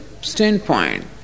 standpoint